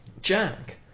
Jack